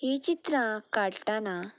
हीं चित्रां काडटना